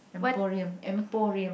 emporium emporium